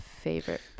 Favorite